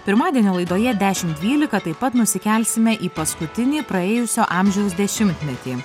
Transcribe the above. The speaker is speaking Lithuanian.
pirmadienio laidoje dešimt dvylika taip pat nusikelsime į paskutinį praėjusio amžiaus dešimtmetį